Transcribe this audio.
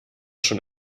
schon